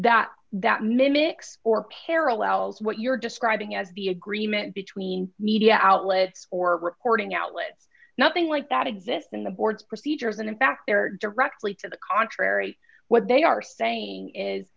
that that mimics or parallels what you're describing as the agreement between media outlets or reporting outlet nothing like that exists in the board's procedures and in fact they're directly to the contrary what they are saying is